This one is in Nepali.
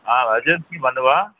ह हजुर के भन्नुभयो